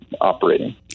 Operating